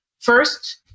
First